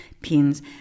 pins